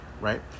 right